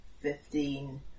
fifteen